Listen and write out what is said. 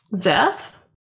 Death